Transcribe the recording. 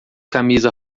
camisa